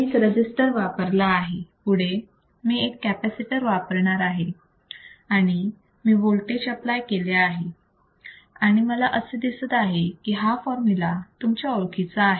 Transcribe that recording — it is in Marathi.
मी एक रजिस्टर वापरला आहे पुढे मी एक कॅपॅसिटर वापरणार आहे आणि मी वोल्टेज अप्लाय केले आहे आणि मला असे दिसत आहे की हा फॉर्म्युला तुमच्या ओळखीचा आहे